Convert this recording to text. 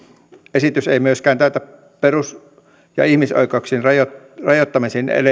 esitys ei myöskään täytä perus ja ihmisoikeuksien rajoittamisen rajoittamisen